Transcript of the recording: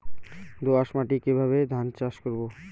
দোয়াস মাটি কিভাবে ধান চাষ করব?